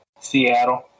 Seattle